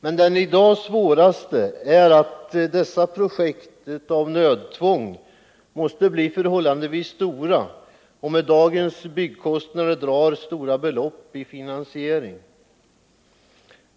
Men den i dag svåraste är att dessa projekt av nödtvång blir förhållandevis stora och att de med dagens byggkostnader drar stora belopp i finansiering.